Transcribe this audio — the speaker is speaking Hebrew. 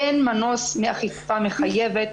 אין מנוס מאכיפה מחייבת,